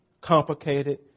complicated